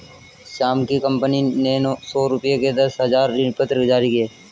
श्याम की कंपनी ने सौ रुपये के दस हजार ऋणपत्र जारी किए